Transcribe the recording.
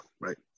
right